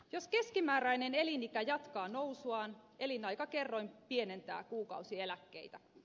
jos keskimääräinen elinikä jatkaa nousuaan elinaikakerroin pienentää kuukausieläkkeitä